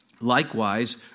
Likewise